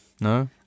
No